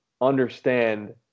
understand